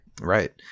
Right